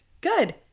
Good